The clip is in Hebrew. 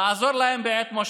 לעזור להם בעת משבר.